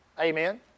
Amen